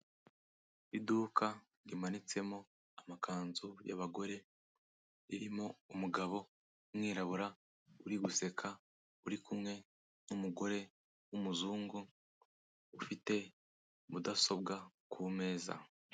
Iduka rimanitsemo amakanzu y'abagore, ririmo umugabo w'umwirabura uri guseka, uri kumwe n'umugore w'umuzungu ufite mudasobwa ku meza.